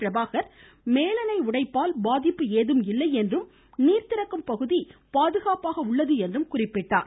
பிரபாகர் மேலணை உடைப்பால் பாதிப்பு ஏதும் இல்லை என்றும் நீர்திறக்கும் பகுதி பாதுகாப்பாக உள்ளது என்றும் குறிப்பிட்டார்